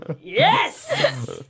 Yes